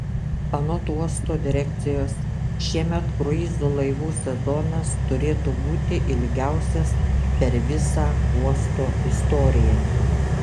anot uosto direkcijos šiemet kruizų laivų sezonas turėtų būti ilgiausias per visą uosto istoriją